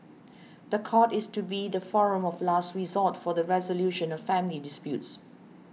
the court is to be the forum of last resort for the resolution of family disputes